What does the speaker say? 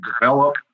develop